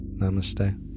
Namaste